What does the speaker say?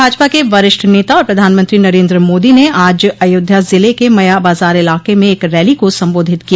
भाजपा के वरिष्ठ नेता और प्रधानमंत्री नरेन्द्र मोदी ने आज अयोध्या जिले के मया बाजार इलाके में एक रली को संबोधित किया